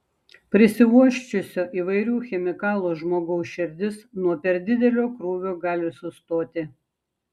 prisiuosčiusio įvairių chemikalų žmogaus širdis nuo per didelio krūvio gali sustoti